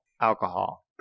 alcohol